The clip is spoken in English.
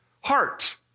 heart